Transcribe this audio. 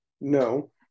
No